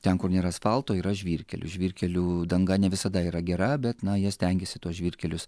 ten kur nėr asfalto yra žvyrkelių žvyrkelių danga ne visada yra gera bet na jie stengiasi tuos žvyrkelius